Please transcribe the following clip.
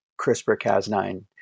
CRISPR-Cas9